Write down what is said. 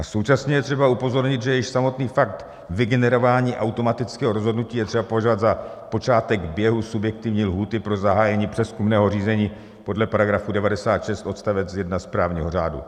Současně je třeba upozornit, že již samotný fakt vygenerování automatického rozhodnutí je třeba považovat za počátek běhu subjektivní lhůty pro zahájení přezkumného řízení podle § 96 odst. 1 správního řádu.